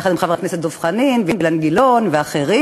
יחד עם חברי הכנסת דב חנין ואילן גילאון ואחרים.